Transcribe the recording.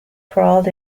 crawled